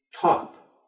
top